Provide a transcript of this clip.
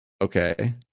Okay